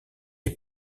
est